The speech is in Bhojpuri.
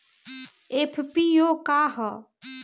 एफ.पी.ओ का ह?